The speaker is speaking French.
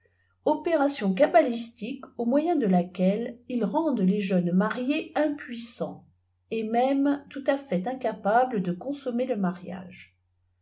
opération cabalistique au moyen de laquelle ils rendent les jeunes mariés impuissants et même tout à fait incapables de consommer le mariage